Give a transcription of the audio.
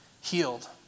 healed